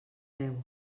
veu